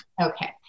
Okay